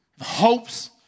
hopes